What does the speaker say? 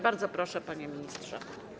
Bardzo proszę, panie ministrze.